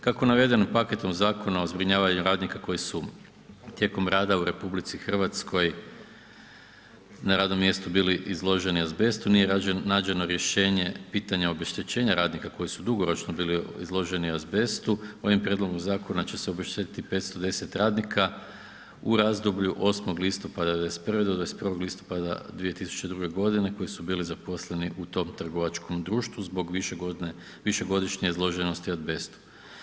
Kako navedenim paketom zakona o zbrinjavanju radnika koji su tijekom rada u RH na radnom mjestu bili izloženi azbestu nije nađeno rješenje pitanja obeštećenja radnika koji su dugoročno bili izloženi azbestu, ovim prijedlogom zakona će se obeštetiti 510 radnika u razdoblju 8. listopada '91. do 21. listopada 2002. g. koji su bili zaposleni u tom trgovačkom društvu zbog višegodišnje izloženosti azbestu.